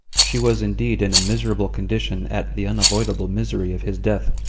she was indeed in a miserable condition at the unavoidable misery of his death,